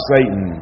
Satan